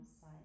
side